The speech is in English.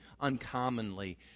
uncommonly